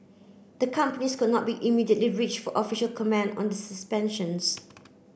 the companies could not be immediately reached for official comment on the suspensions